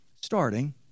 starting